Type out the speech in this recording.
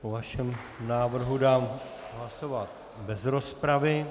O vašem návrhu dám hlasovat bez rozpravy.